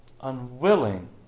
Unwilling